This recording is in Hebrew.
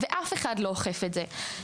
ואף אחד לא אוכף את זה.